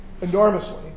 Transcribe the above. enormously